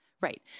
Right